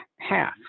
half